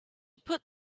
put